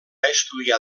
estudiar